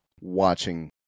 watching